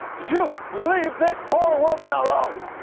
you leave this poor woman alone!